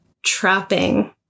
trapping